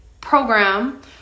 program